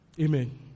Amen